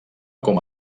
com